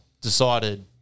decided